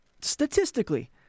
statistically